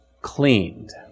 cleaned